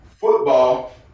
football